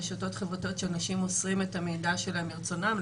רשתות חברתיות שאנשים מוסרים את המידע שלהם מרצונם,